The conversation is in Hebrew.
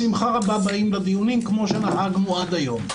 באים בשמחה רבה לדיונים כמו שדאגנו עד היום.